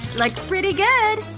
like pretty good!